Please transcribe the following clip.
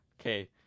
Okay